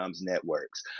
networks